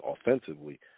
offensively